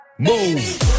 Move